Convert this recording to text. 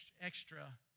extra